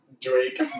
Drake